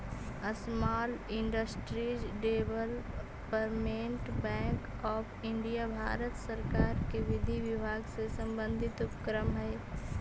small industries development bank of India Bharat सरकार के विधि विभाग से संबंधित उपक्रम हइ